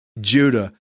Judah